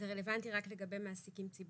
וזה רלוונטי רק לגבי מעסיקים ציבוריים.